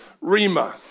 Rima